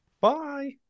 bye